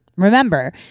Remember